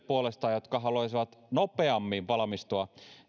puolestaan jotka haluaisivat nopeammin valmistua